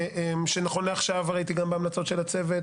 נכון לעכשיו, וראיתי גם בהמלצות של הצוות